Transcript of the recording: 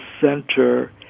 center